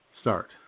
start